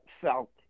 felt